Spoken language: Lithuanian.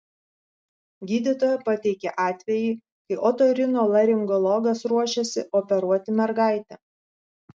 gydytoja pateikė atvejį kai otorinolaringologas ruošėsi operuoti mergaitę